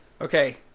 okay